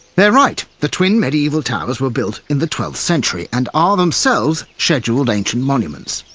they're right the twin medieval towers were built in the twelfth century and are themselves scheduled ancient monuments.